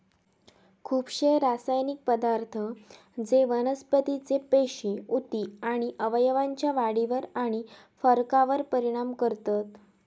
खुपशे रासायनिक पदार्थ जे वनस्पतीचे पेशी, उती आणि अवयवांच्या वाढीवर आणि फरकावर परिणाम करतत